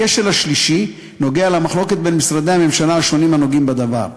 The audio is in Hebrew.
הכשל השלישי נוגע למחלוקות בין משרדי הממשלה הנוגעים בדבר.